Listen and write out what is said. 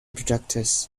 projectors